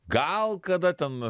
gal kada ten